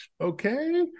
okay